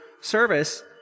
service